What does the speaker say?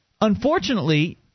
Unfortunately